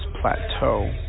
plateau